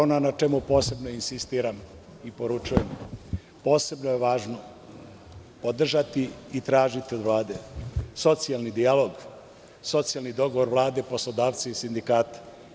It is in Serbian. Ono na čemu posebno insistiram i poručujem je da je posebno važno podržati i tražiti od Vlade socijalni dijalog, socijalni dogovor Vlade i poslodavaca i sindikata.